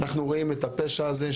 אנחנו רואים את הפשע הזה,